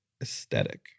aesthetic